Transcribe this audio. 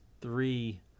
three